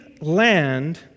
land